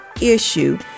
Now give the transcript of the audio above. issue